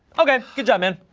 okay, good job, man.